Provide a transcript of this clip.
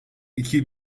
iki